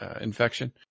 infection